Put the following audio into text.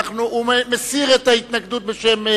הוא מסיר את ההתנגדות בשם,